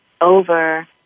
over